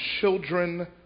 children